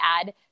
add